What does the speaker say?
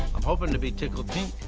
i'm hoping to be tickled pink.